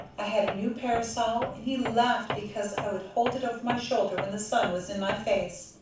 i had a new parasol, and he laughed because i would hold it over my shoulder when the sun was in my face.